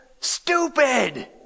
stupid